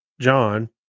John